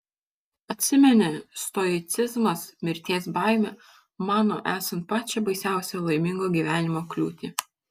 atsimeni stoicizmas mirties baimę mano esant pačią baisiausią laimingo gyvenimo kliūtį